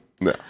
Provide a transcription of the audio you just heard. No